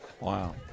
wow